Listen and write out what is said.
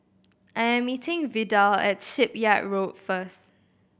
I'm meeting Vidal at Shipyard Road first